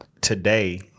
today